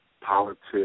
politics